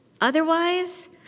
Otherwise